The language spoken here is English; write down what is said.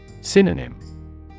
Synonym